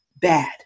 bad